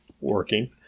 working